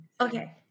Okay